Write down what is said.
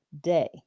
day